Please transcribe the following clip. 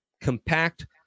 compact